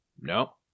No